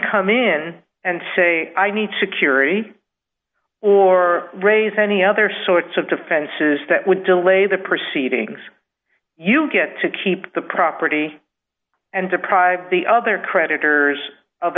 come in and say i need to carry or raise any other sorts of defenses that would delay the proceedings you get to keep the property and deprive the other creditors of